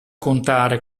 contare